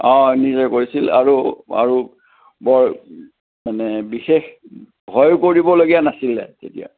অঁ নিজে কৰিছিল আৰু আৰু বৰ মানে বিশেষ ভয়ো কৰিব লগা নাছিলে তেতিয়া